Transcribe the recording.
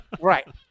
Right